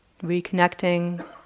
Reconnecting